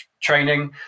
training